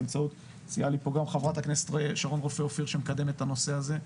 באמצעות חברת הכנסת שרון רופא-אופיר שמקדמת את הנושא הזה,